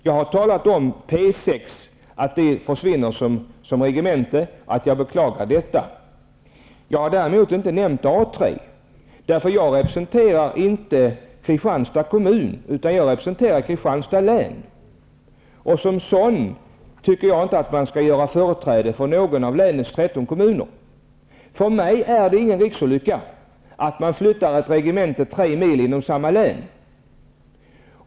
Jag har nämnt att P 6 försvinner som regemente och att jag beklagar detta. Jag har däremot inte nämnt A 3. Jag representerar inte Kristianstad kommun, utan jag representerar Kristianstad län. Som sådan representant tycker jag inte att man skall göra företräde för någon av länets För mig är det ingen riksolycka att man flyttar ett regemente tre mil inom samma län.